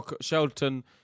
Shelton